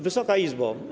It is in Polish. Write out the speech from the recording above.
Wysoka Izbo!